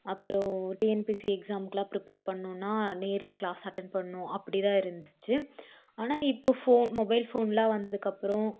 அப்புறம் டிஎன்பிசி எக்ஸாம்க்கு எல்லாம் ப்ரிப்பேர் பண்ணுன்னா நேரில் கிளாஸ் அட்டென்ட் பண்ணும் அப்படி தான் இருந்துச்சு ஆனால் இப்போ ஃபோன் மொபைல் ஃபோன் எல்லாம் வந்ததுக்கப்புறம்